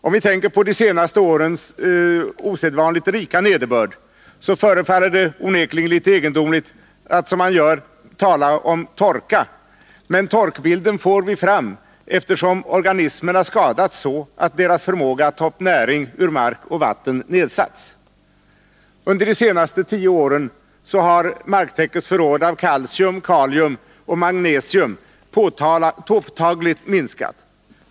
Om vi tänker på de senaste årens osedvanligt rika nederbörd förefaller det onekligen litet egendomligt att — som man gör — tala om torka, men torkbilden får vi fram, eftersom organismerna skadats så, att deras förmåga att ta upp näring ur mark och vatten nedsatts. Under de senaste tio åren har marktäckets förråd av kalcium, kalium och magnesium påtagligt minskat.